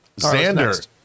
Xander